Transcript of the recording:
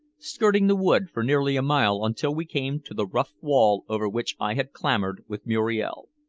skirting the wood for nearly a mile until we came to the rough wall over which i had clambered with muriel.